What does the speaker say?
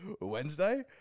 Wednesday